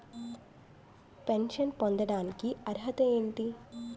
Pension పొందడానికి అర్హత ఏంటి?